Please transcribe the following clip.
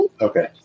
Okay